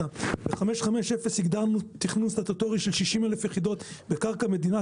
ב-550 הגדרנו תכנון סטטוטורי של 60,000 יחידות בקרקע מדינה,